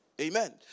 Amen